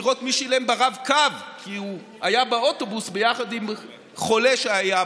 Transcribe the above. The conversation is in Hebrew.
לראות מי שילם ברב-קו כי הוא היה באוטובוס יחד עם חולה שהיה בו,